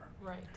Right